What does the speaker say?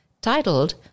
titled